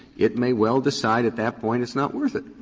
it may well decide at that point it's not worth it.